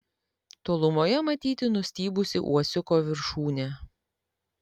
tolumoje matyti nustybusi uosiuko viršūnė